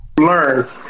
Learn